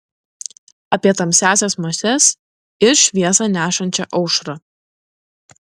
apie tamsiąsias mases ir šviesą nešančią aušrą